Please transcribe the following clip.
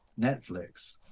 Netflix